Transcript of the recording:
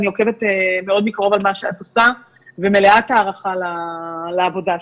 אני עוקבת מאוד מקרוב על מה שאת עושה ומלאת הערכה לעבודה שלך.